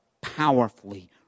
powerfully